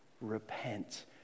Repent